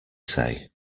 say